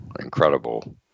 incredible